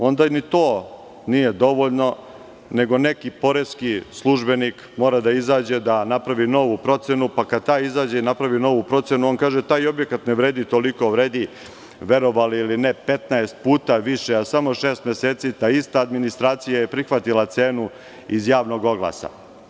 Onda ni to nije dovoljno nego neki poreski službenik mora da izađe da napravi novu procenu, pa kada taj izađe i napravi novu procenu, on kaže – taj objekat ne vredi toliko, vredi, verovali ili ne, 15 puta više, a pre samo šest meseci ta ista administracija je prihvatila cenu iz javnog oglasa.